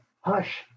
hush